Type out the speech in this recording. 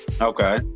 Okay